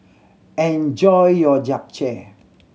enjoy your Japchae